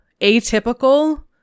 atypical